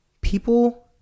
People